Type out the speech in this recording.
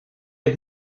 who